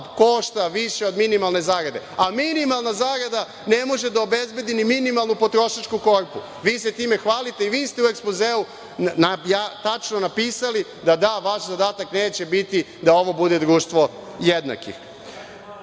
košta više od minimalne zarade, a minimalna zarada ne može da obezbedi ni minimalnu potrošačku korpu. Vi se time hvalite i vi ste u ekspozeu tačno napisali da vaš zadatak neće biti da ovo bude društvo jednakih. Dodatna